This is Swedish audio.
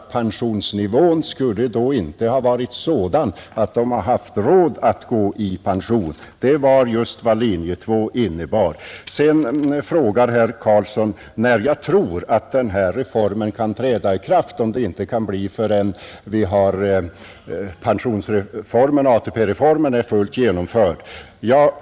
Pensionsnivån skulle då inte ha varit sådan att människorna haft råd att gå i pension. Det var just vad linje 2 innebar. Sedan frågar herr Carlsson när jag tror att denna reform kan träda i kraft, om det inte kan bli förrän ATP-reformen är fullt genomförd.